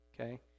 Okay